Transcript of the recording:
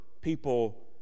people